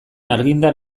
argindar